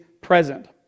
present